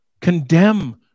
Condemn